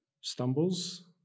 stumbles